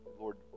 Lord